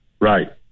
Right